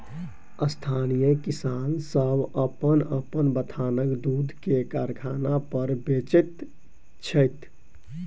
स्थानीय किसान सभ अपन अपन बथानक दूध के कारखाना पर बेचैत छथि